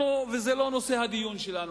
וזה לא נושא הדיון שלנו.